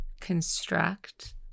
construct